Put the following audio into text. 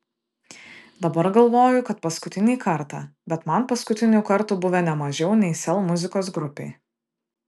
dabar galvoju kad paskutinį kartą bet man paskutinių kartų buvę ne mažiau nei sel muzikos grupei